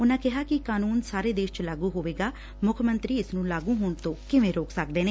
ਉਨੂਂ ਕਿਹਾ ਕਿ ਕਾਨੂੰਨ ਸਾਰੇ ਦੇਸ਼ ਚ ਲਾਗੁ ਹੋਵੇਗਾ ਮੁੱਖ ਮੰਤਰੀ ਇਸ ਨੁੰ ਲਾਗੁ ਹੋਣ ਤੋਂ ਕਿਵੇਂ ਰੋਕ ਸਕਦੇ ਨੇ